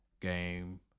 game